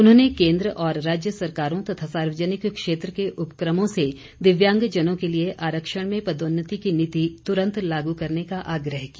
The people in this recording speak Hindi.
उन्होंने केन्द्र और राज्य सरकारों तथा सार्वजनिक क्षेत्र के उपक्रमों से दिव्यांगजनों के लिए आरक्षण में पदोन्नति की नीति तुरन्त लागू करने का आग्रह किया